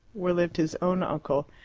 where lived his own uncle,